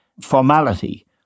formality